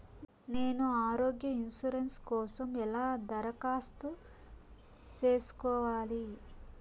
నేను ఆరోగ్య ఇన్సూరెన్సు కోసం ఎలా దరఖాస్తు సేసుకోవాలి